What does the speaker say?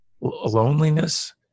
loneliness